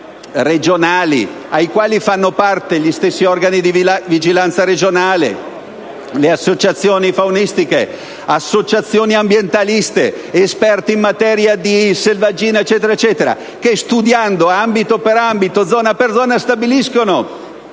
regionali dei quali fanno parte gli stessi organi di vigilanza regionale, le associazioni faunistiche e ambientaliste, esperti in materia di selvaggina e così via, che, studiando ambito per ambito e zona per zona, stabiliscono